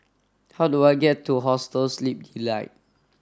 how do I get to Hostel Sleep Delight